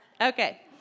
Okay